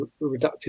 reductive